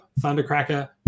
Thundercracker